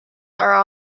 are